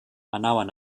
anaven